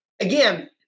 Again